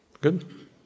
Good